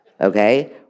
okay